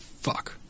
fuck